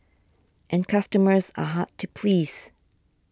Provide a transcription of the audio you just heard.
and customers are hard to please